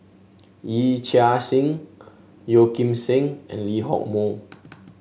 Yee Chia Hsing Yeo Kim Seng and Lee Hock Moh